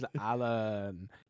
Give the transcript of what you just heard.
alan